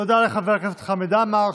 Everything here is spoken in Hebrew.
תודה לחבר הכנסת חמד עמאר.